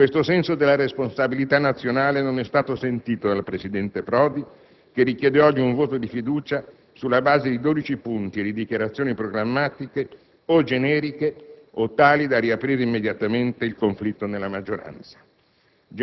Questo senso della responsabilità nazionale non è stato sentito dal presidente Prodi che richiede oggi un voto di fiducia sulla base di dodici punti e di dichiarazioni programmatiche o generiche o tali da riaprire immediatamente il conflitto nella maggioranza.